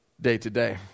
day-to-day